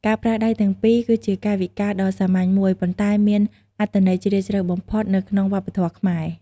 ការប្រើដៃទាំងពីរ គឺជាកាយវិការដ៏សាមញ្ញមួយ ប៉ុន្តែមានអត្ថន័យជ្រាលជ្រៅបំផុតនៅក្នុងវប្បធម៌ខ្មែរ។